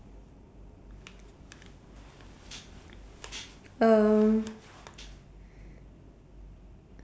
um